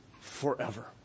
forever